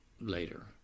later